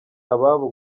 ababo